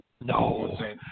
No